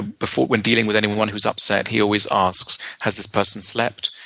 before, when dealing with anyone who's upset, he always asks, has this person slept?